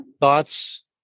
Thoughts